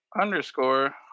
underscore